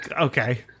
Okay